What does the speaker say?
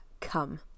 come